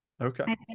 Okay